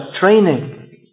training